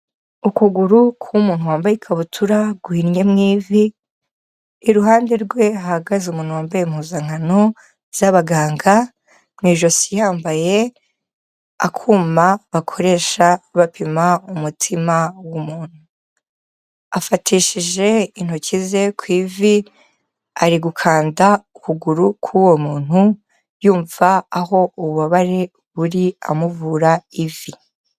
Ukuguru k'umuntu wambaye ikabutura guhinnye mu ivi, iruhande rwe hahagaze umuntu wambaye impuzankano z'abaganga, mu ijosi yambaye akuma bakoresha bapima umutima w'umuntu. Afatishije intoki ze ku ivi arigukanda ukuguru k'uwo muntu yumva aho ububabare buri, amuvura ivi.